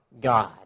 God